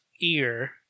ear